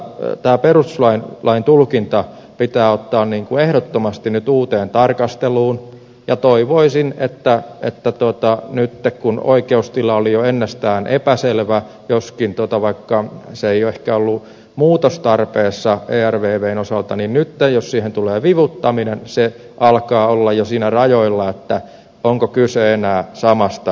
silloin tämä perustuslain tulkinta pitää ottaa ehdottomasti uuteen tarkasteluun ja toivoisin että kun oikeustila oli jo ennestään epäselvä joskaan se ei ehkä ollut muutostarpeessa ervvn osalta ja nyt jos siihen tulee vivuttaminen se alkaa olla jo siinä rajoilla onko kyse enää samasta asiastakaan